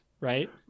right